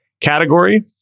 category